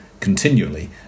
continually